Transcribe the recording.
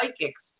psychics